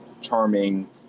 charming